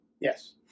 Yes